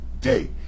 day